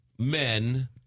Men